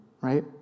Right